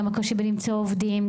גם הקושי בלמצוא עובדים,